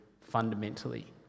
fundamentally